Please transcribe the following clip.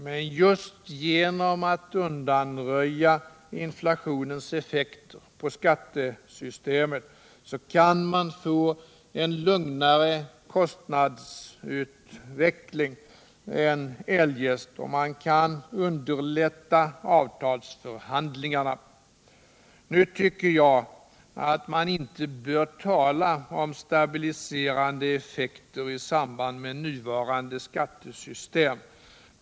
Men just genom att undanröja inflationens effekter på skattesystemet kan man ju få en lugnare kostnadsutveckling än eljest och man kan också underlätta avtalsförhandlingarna. Nu tycker jag att man inte bör tala om stabiliserande effekter i samband med det nuvarande skattesystemet.